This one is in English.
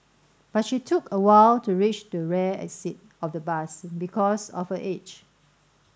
but she took a while to reach the rear exit of the bus because of her age